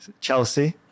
chelsea